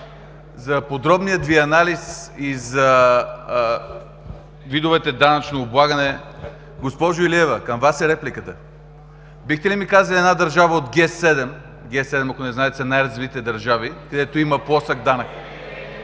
за подробния Ви анализ и за видовете данъчно облагане… (Силен шум в залата.) Госпожо Илиева, към Вас е репликата. Бихте ли ми казали една държава от Г-7 – Г-7, ако не знаете, са най-развитите държави, където има плосък данък?